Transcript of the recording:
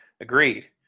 Agreed